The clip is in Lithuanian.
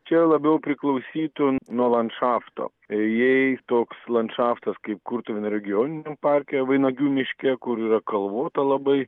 čia labiau priklausytų nuo landšafto jei toks landšaftas kaip kurtuvėnų regioniniam parke vainagių miške kur yra kalvota labai